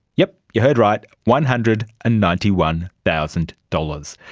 yep, you heard right, one hundred and ninety one thousand dollars.